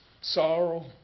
sorrow